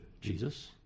Jesus